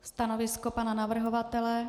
Stanovisko pana navrhovatele?